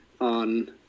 on